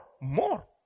More